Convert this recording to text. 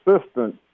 assistant